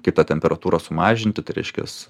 kitą temperatūrą sumažinti tai reiškias